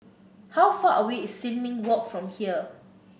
how far away is Sin Ming Walk from here